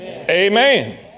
Amen